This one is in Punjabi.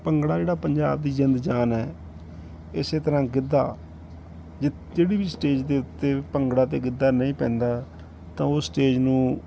ਭੰਗੜਾ ਜਿਹੜਾ ਪੰਜਾਬ ਦੀ ਜ਼ਿੰਦ ਜਾਨ ਹੈ ਇਸ ਤਰ੍ਹਾਂ ਗਿੱਧਾ ਜਿਹੜੀ ਵੀ ਸਟੇਜ ਦੇ ਉੱਤੇ ਭੰਗੜਾ ਅਤੇ ਗਿੱਧਾ ਨਹੀਂ ਪੈਂਦਾ ਤਾਂ ਉਹ ਸਟੇਜ ਨੂੰ